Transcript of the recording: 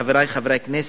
חברי חברי הכנסת,